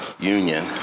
union